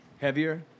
Heavier